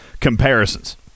comparisons